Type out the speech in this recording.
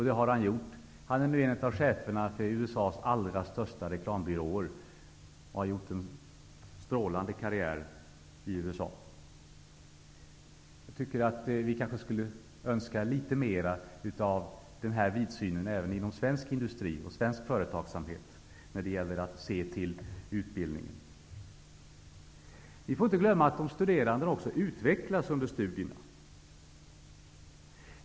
Det har han gjort. Han är numera chef för en av USA:s största reklambyråer och har gjort en strålande karriär i USA. Jag tycker att vi skulle önska litet mera av den här vidsynen även inom svensk industri och svensk företagsamhet när det gäller att se till utbildningen. Vi får inte glömma att de studerande också utvecklas under studierna.